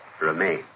remain